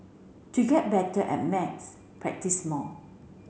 to get better at maths practise more